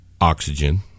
oxygen